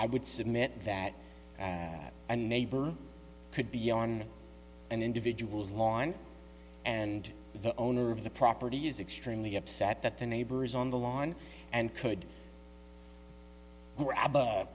i would submit that a neighbor could be on an individual's lawn and the owner of the property is extremely upset that the neighbor is on the lawn and could grab